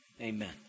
amen